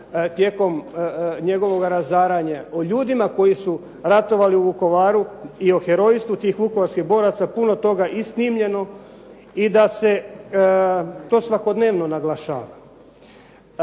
tijekom njegovoga razaranja, o ljudima koji su ratovali u Vukovaru i o herojstvu tih vukovarskih boraca, puno toga i snimljeno i da se to svakodnevno naglašava.